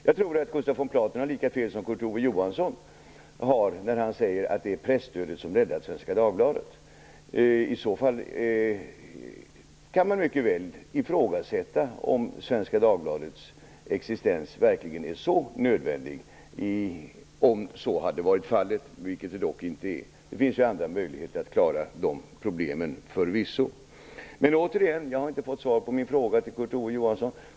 Jag tror att Gustaf von Platen har lika fel som Kurt Ove Johansson har när han säger att det är presstödet som räddat Svenska Dagbladet. Om så hade varit fallet, vilket det dock inte är, hade man mycket väl kunnat ifrågasätta om Svenska Dagbladets existens verkligen är så nödvändig. Det finns förvisso andra möjligheter att klara de problemen. Jag har inte fått svar på min fråga till Kurt Ove Johansson.